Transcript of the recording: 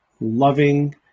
loving